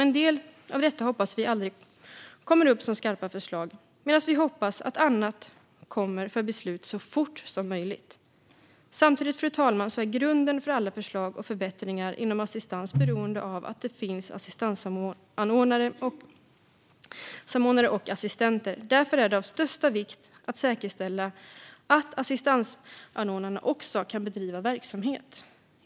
En del hoppas vi aldrig kommer upp som skarpa förslag medan vi hoppas att annat kommer för beslut så fort som möjligt. Samtidigt, fru talman, är grunden för alla förslag och förbättringar inom assistans beroende av att det finns assistansanordnare och assistenter. Därför är det av största vikt att säkerställa att assistansanordnarna också kan bedriva verksamhet.